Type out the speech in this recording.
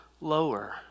lower